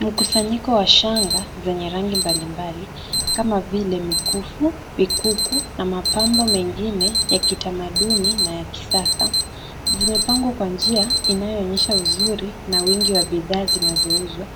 Mkusanyiko wa shanga zenye rangi mbali mbali kama vile mikufu, mikuku na mapambo mengine ya kitamaduni na ya kisasa. Zimepangwa kwa njia inayoonyesha uzuri na wingi wa bidhaa zinazouzwa,